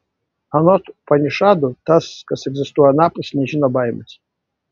anot upanišadų tas kas egzistuoja anapus nežino baimės